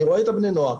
אני רואה את בני הנוער.